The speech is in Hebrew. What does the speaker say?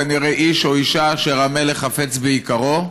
כנראה איש או אישה אשר המלך חפץ ביקרם,